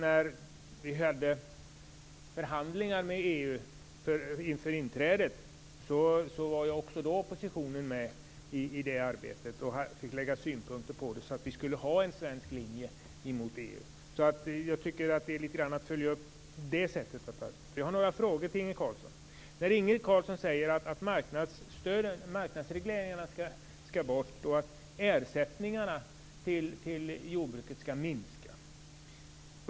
Också i förhandlingarna med EU inför inträdet var oppositionen med och fick lägga fram synpunkter, så att vi skulle ha en svensk linje emot EU. Jag tycker att det är att följa upp det sättet att arbeta. Jag har några frågor till Inge Carlsson. Inge Carlsson säger att marknadsregleringarna skall bort och att ersättningarna till jordbruket skall minska.